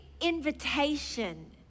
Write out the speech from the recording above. invitation